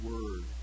Word